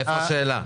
איפה השאלה?